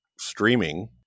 streaming